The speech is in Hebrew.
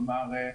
כלומר,